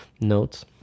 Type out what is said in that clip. notes